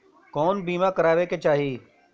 कउन बीमा करावें के चाही?